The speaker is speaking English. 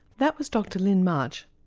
that was dr lyn march,